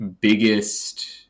biggest